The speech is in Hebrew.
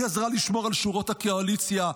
היא עזרה לשמור על שורות הקואליציה.